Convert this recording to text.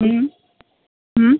હં હં